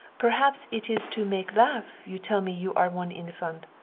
perhaps it is to make laugh you tell me you are one infant.